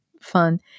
fun